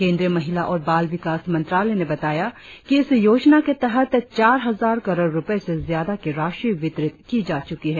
केंद्रीय महिला और बाल विकास मंत्रालय ने बताया कि इस योजना के तहत चार हजार करोड़ रुपए से ज्यादा की राशि वितरित की जा चुकी है